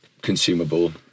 consumable